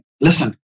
listen